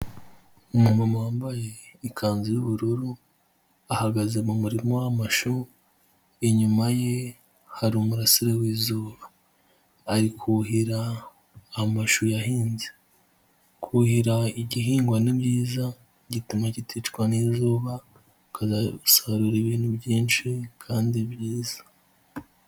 Umumama wambaye ikanzu y'ubururu ahagaze mu murima w'amashu, inyuma ye hari umurasire w'izuba ari kuhira amashu yahinze. Kuhira igihingwa ni byiza, gituma kiticwa n'izuba, ukazasarura ibintu byinshi kandi byiza.